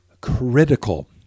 critical